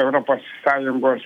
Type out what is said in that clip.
europos sąjungos